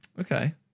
Okay